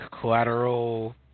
collateral